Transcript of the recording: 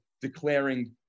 declaring